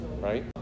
Right